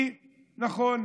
כי נכון,